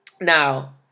Now